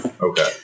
Okay